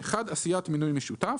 עשיית מינוי משותף,